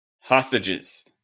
hostages